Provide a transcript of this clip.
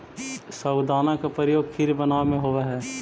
साबूदाना का प्रयोग खीर बनावे में होवा हई